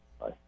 Bye